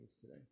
today